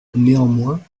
néanmoins